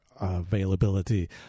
availability